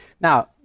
Now